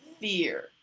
Fear